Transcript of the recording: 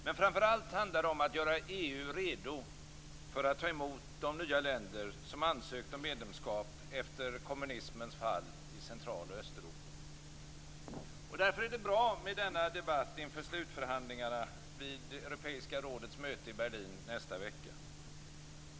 Men framför allt handlar det om att göra EU redo för att ta emot de nya länder som ansökt om medlemskap efter kommunismens fall i Därför är det bra med denna debatt inför slutförhandlingarna vid Europeiska rådets möte i Berlin nästa vecka.